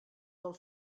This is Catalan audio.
del